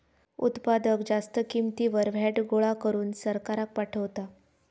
उत्पादक जास्त किंमतीवर व्हॅट गोळा करून सरकाराक पाठवता